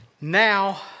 Now